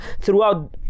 throughout